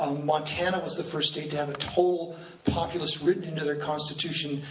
ah montana was the first state to have a total populace written into their constitution,